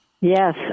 Yes